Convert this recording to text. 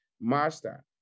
master